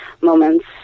moments